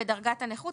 בדרגת הנכות,